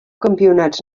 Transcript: campionats